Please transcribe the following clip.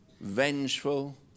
vengeful